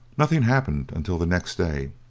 nothing happened until the next day.